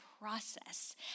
process